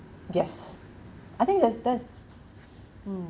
yes I think there's there's mm